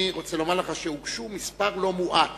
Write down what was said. אני רוצה לומר לך שהוגשו מספר לא מועט